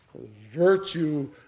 virtue